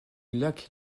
lac